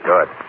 Good